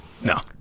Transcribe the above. No